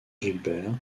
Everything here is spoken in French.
gilbert